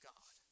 God